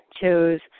chose